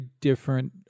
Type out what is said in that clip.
different